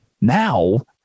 Now